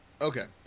okay